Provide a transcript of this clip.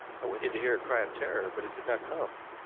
i waited to hear a cry of terror, but it did not come.